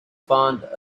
fond